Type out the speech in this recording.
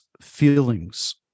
feelings